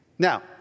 Now